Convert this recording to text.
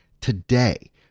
today